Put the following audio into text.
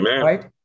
right